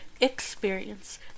experience